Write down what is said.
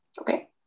Okay